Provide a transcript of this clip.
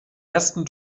ersten